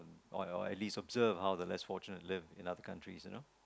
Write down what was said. or or at least observe how the less fortunate live in other countries you know